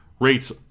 rates